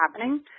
happening